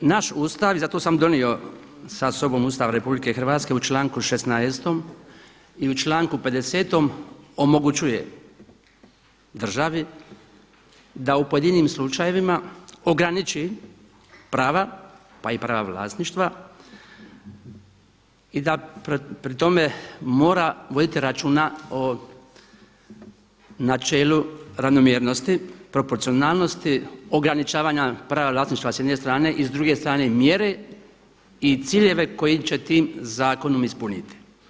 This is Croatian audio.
Naš Ustav i zato sam donio sa sobom Ustav RH u članku 16. i u članku 50. omogućuje državi da u pojedinim slučajevima ograniči prava, pa i prava vlasništva i da pri tome mora voditi računa o načelu ravnomjernosti, proporcionalnosti, ograničavanja prava vlasništva s jedne strane i s druge strane mjere i ciljeve koji će tim zakonom ispuniti.